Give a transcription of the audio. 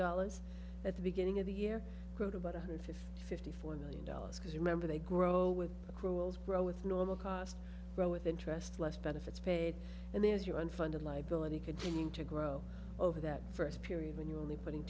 dollars at the beginning of the year quote about one hundred fifty fifty four million dollars because remember they grow with accruals grow with normal cost grow with interest less benefits paid and then as you unfunded liability continue to grow over that first period when you're only putting